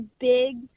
big